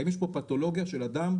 האם יש פה פתולוגיה של אדם,